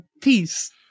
peace